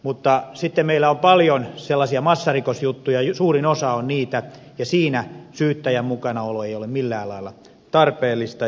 mutta sitten meillä on paljon sellaisia massarikosjuttuja suurin osa on niitä ja niissä syyttäjän mukanaolo ei ole millään lailla tarpeellista